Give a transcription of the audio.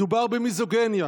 מדובר במיזוגיניה,